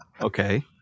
okay